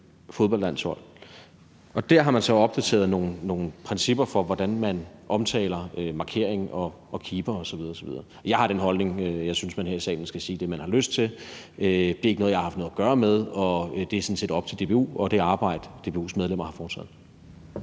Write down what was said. dér har man så opdateret nogle principper for, hvordan man omtaler markering og keeper osv. osv. Jeg har den holdning, at jeg synes, at man skal sige det, man har lyst til. Det er ikke noget, jeg har haft noget at gøre med, og det er sådan set op til DBU og det arbejde, som DBU's medlemmer har foretaget.